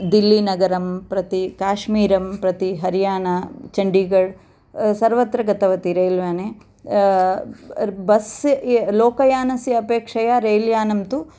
दिल्ली नगरं प्रति काश्मीरं प्रति हरियाना चण्डीगड़् सर्वत्र गतवती रेल्याने बस् लोकयानस्य अपेक्षया रेल्यानं तु